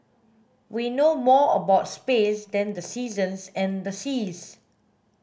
we know more about space than the seasons and the seas